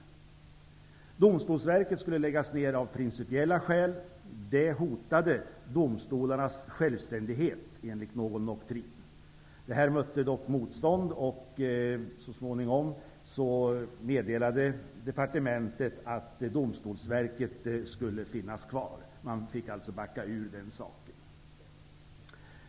Domstolsverket skulle läggas ned av principiella skäl. Det hotade domstolarnas självständighet, enligt någon doktrin. Detta mötte dock motstånd. Och så småningom meddelade departementet att Domstolsverket skulle finnas kvar. Departementet fick alltså backa i fråga om detta.